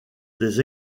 des